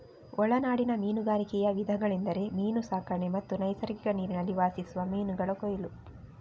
ಒಳನಾಡಿನ ಮೀನುಗಾರಿಕೆಯ ವಿಧಗಳೆಂದರೆ ಮೀನು ಸಾಕಣೆ ಮತ್ತು ನೈಸರ್ಗಿಕ ನೀರಿನಲ್ಲಿ ವಾಸಿಸುವ ಮೀನುಗಳ ಕೊಯ್ಲು